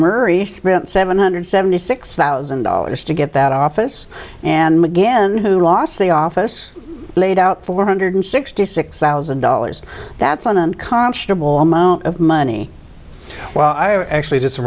murray spent seven hundred seventy six thousand dollars to get that office and again who lost the office laid out four hundred sixty six thousand dollars that's an unconscionable amount of money well i actually